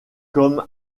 comme